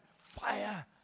fire